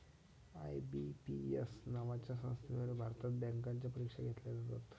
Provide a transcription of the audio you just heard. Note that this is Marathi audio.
आय.बी.पी.एस नावाच्या संस्थेद्वारे भारतात बँकांच्या परीक्षा घेतल्या जातात